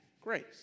grace